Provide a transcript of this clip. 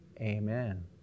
amen